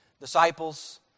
disciples